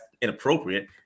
inappropriate